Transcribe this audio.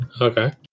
Okay